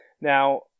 Now